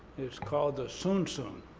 it's called the zunzun.